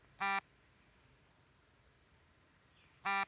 ಆಡಿನ ಹಾಲಿಗೆ ಲೀಟ್ರಿಗೆ ಎಷ್ಟು ಮತ್ತೆ ಡೈರಿಯವ್ರರು ಈ ಹಾಲನ್ನ ತೆಕೊಳ್ತಾರೆ?